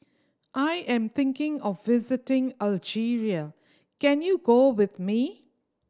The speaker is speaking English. I am thinking of visiting Algeria can you go with me